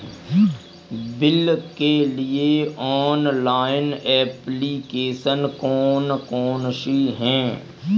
Bill के लिए online application कौन कौन सी हैं?